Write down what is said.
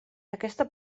aquesta